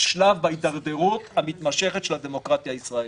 שלב בהידרדרות המתמשכת של הדמוקרטיה הישראלית.